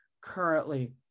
currently